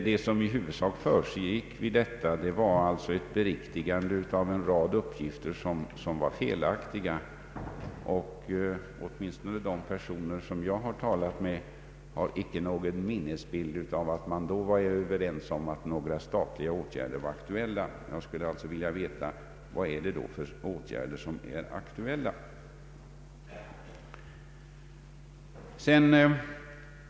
Det som i huvudsak försiggick vid dessa var en korrigering av en rad uppgifter som var felaktiga. Åtminstone de personer som jag talat med har icke någon minnesbild av att man då var överens om att några statliga åtgärder var aktuella. Jag skulle därför vilja veta: Vad är det då för åtgärder som är aktuella?